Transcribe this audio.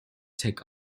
take